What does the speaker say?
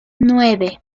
nueve